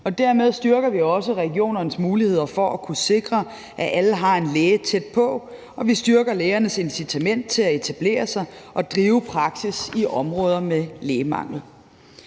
Dermed styrker vi også regionernes muligheder for at kunne sikre, at alle har en læge tæt på, og vi styrker lægernes incitament til at etablere sig og drive praksis i områder med lægemangel.